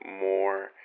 more